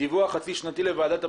דיווח חצי שנתי לוועדת הפנים,